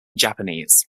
japanese